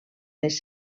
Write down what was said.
les